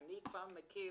אני מכיר